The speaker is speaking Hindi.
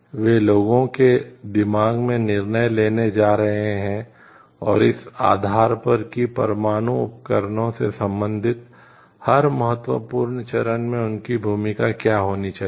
वे लोगों के दिमाग में निर्णय लेने जा रहे हैं और इस आधार पर कि परमाणु उपकरणों से संबंधित हर महत्वपूर्ण चरण में उनकी भूमिका क्या होनी चाहिए